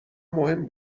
مهم